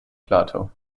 plato